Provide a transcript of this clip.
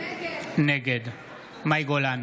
נגד מאי גולן,